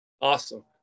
Awesome